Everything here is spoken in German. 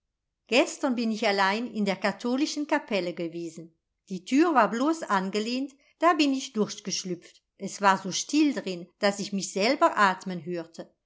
gestern bin ich allein in der katholischen kapelle gewesen die tür war blos angelehnt da bin ich durchgeschlüpft es war so still drin daß ich mich selber atmen hörte